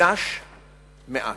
"מקדש מעט".